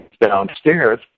downstairs